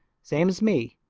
same as me.